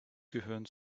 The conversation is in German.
gehören